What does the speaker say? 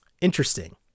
Interesting